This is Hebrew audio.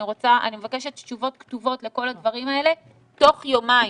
אני מבקשת תשובות כתובות לדברים האלה תוך יומיים.